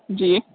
जी